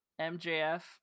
MJF